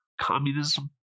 communism